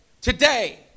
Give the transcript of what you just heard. today